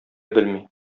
белми